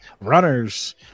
runners